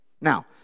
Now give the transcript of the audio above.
Now